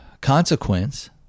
consequence